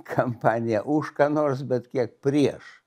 kampanija už ką nors bet kiek prieš